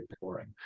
boring